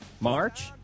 March